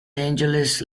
angeles